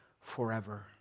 forever